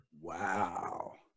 wow